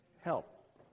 Help